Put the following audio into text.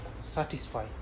satisfy